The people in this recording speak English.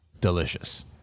delicious